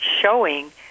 showing